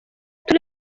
turi